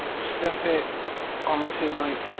stuff it on to, like,